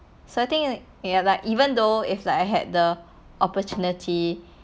so I think ya like even though if like I had the opportunity